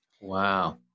Wow